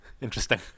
interesting